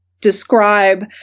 describe